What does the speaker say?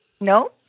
No